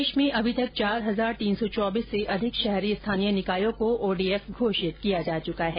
देश में अभी तक चार हजार तीन सौ चौबीस से अधिक शहरी स्थानीय निकायों को ओडीएफ घोषित किया जा चुका है